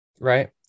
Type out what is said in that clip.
right